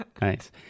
nice